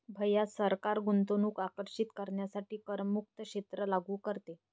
भैया सरकार गुंतवणूक आकर्षित करण्यासाठी करमुक्त क्षेत्र लागू करते